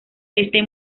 este